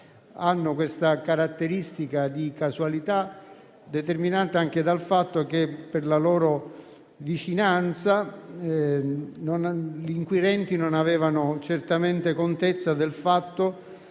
hanno la caratteristica di casualità, determinante anche dal fatto che, per la loro vicinanza, gli inquirenti non avevano certamente contezza del fatto